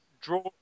Draw